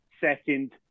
second